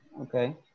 Okay